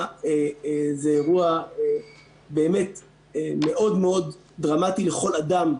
שזה אירוע באמת מאוד מאוד דרמטי לכל אדם,